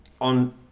on